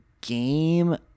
game